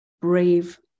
brave